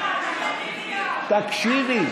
תקשיבי.